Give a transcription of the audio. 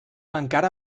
encara